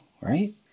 right